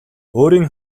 өөрийн